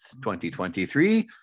2023